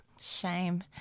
Shame